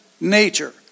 nature